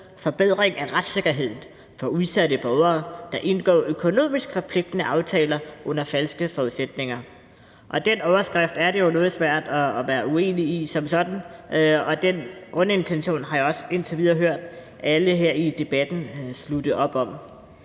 »Forbedring af retssikkerheden for udsatte borgere, der indgår økonomisk forpligtende aftaler under falske forudsætninger«. Og den overskrift er det jo noget svært at være uenig i som sådan, og den grundintention har jeg også indtil videre hørt alle her i debatten slutte op om.